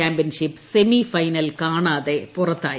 championship semifinal കാണാതെ പുറത്തായി